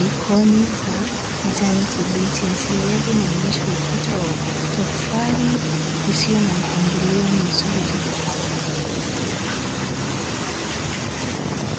ikoni za kijani kibichi. Asilia hii inaonyesha ukuta wa tofali usio na mpangilio mzuri.